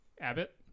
Abbott